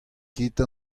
ket